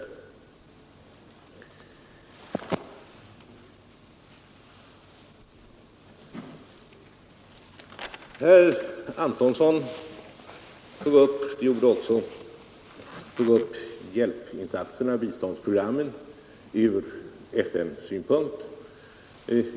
Herr Antonsson tog upp hjälpinsatserna och biståndsprogrammen från FN-synpunkt.